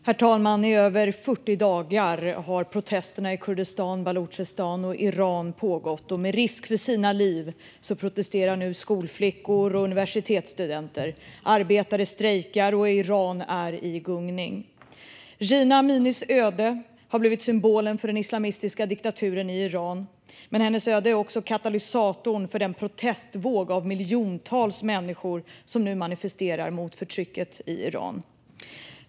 Herr talman! I över 40 dagar har protesterna i Kurdistan, Baluchistan och Iran pågått. Med risk för sina liv protesterar nu skolflickor och universitetsstudenter. Arbetare strejkar, och Iran är i gungning. Jina Aminis öde har blivit symbolen för den islamistiska diktaturen i Iran, men hennes öde är också katalysatorn för den protestvåg av miljontals människor som nu manifesterar mot förtrycket i Iran.